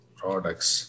products